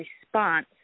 response